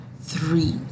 three